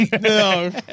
No